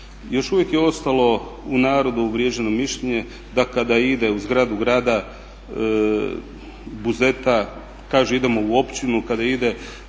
Još uvijek je ostalo u narodu uvriježeno mišljenje da kada ide u zgradu grada Buzeta kaže idemo u općinu, kada ide